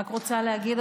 אני רק רוצה להגיד,